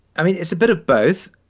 i mean, it's a bit of both.